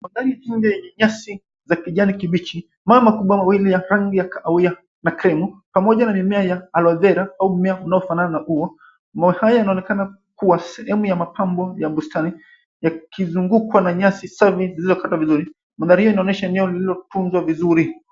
Mandhari yenye nyasi za kijani kibichi. Mawe makubwa mawili ya rangi ya kahawia na krimu pamoja na mimea ya aloe vera au mmea unaofanana na ua. Maua haya yanaonekana kua sehemu ya mapambo ya bustani yakizingukwa na nyasi safi zilizokatwa vizuri. Mandhari haya yanaonyesha eneo lililotunzwa vizuri.